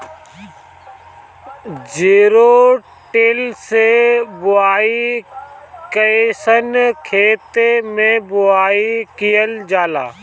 Zero till से बुआई कयिसन खेते मै बुआई कयिल जाला?